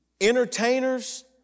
entertainers